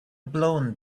blown